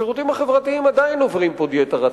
השירותים החברתיים הרי עדיין עוברים דיאטה רצחנית.